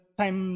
time